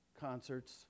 concerts